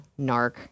narc